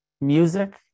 music